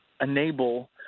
enable